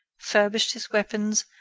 furbished his weapons,